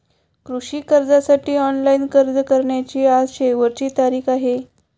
कृषी कर्जासाठी ऑनलाइन अर्ज करण्याची आज शेवटची तारीख आहे